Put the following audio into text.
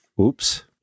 oops